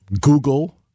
Google